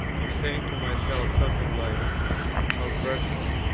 and saying to myself something like how dreadful,